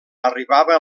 arribava